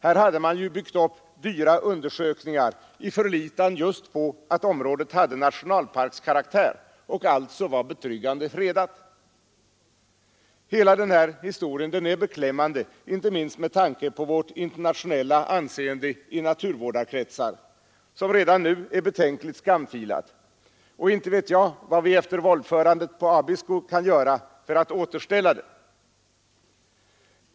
Här hade man byggt upp dyra undersökningar i förlitan på att området hade nationalparkskaraktär och alltså var betryggande fredat. Hela denna historia är beklämmande inte minst med tanke på vårt internationella anseende i naturvårdarkretsar, som redan nu är betänkligt skamfilat. Inte vet jag vad vi efter våldförandet på Abisko kan göra för att återställa det.